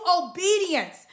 obedience